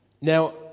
Now